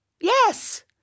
Yes